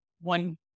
one